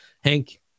Hank